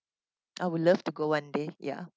I would love to go one day ya